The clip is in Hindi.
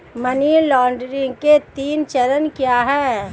मनी लॉन्ड्रिंग के तीन चरण क्या हैं?